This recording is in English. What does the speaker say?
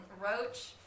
Roach